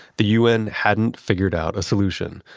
the un hadn't figured out a solution.